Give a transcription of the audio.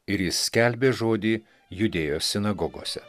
ir jis skelbė žodį judėjos sinagogose